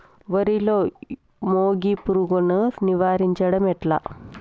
వరిలో మోగి పురుగును నివారించడం ఎట్లా?